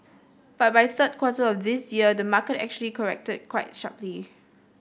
but by third quarter of this year the market actually corrected quite sharply